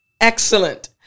Excellent